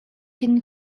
can